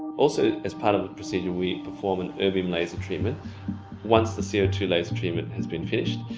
also, as part of the procedure, we perform an irving laser treatment once the c o two laser treatment has been finished.